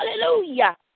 hallelujah